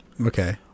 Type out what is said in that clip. Okay